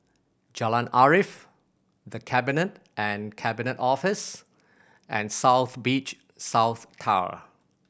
Jalan Arif The Cabinet and Cabinet Office and South Beach South Tower